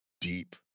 deep